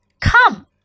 Come